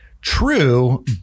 true